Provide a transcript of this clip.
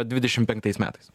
dvidešimt penktais metais